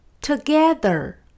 Together